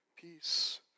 peace